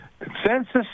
consensus